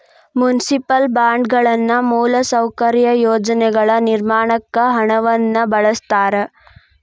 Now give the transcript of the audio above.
municipal ಬಾಂಡ್ಗಳನ್ನ ಮೂಲಸೌಕರ್ಯ ಯೋಜನೆಗಳ ನಿರ್ಮಾಣಕ್ಕ ಹಣವನ್ನ ಬಳಸ್ತಾರ